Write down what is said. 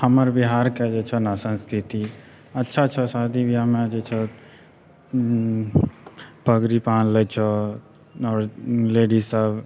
हमर बिहारके जे छै ने संस्कृति अच्छा छै शादी ब्याहमे जे छै पगड़ी बाँध लै छौँ आओर लेडीजसब